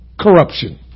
corruption